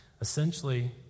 Essentially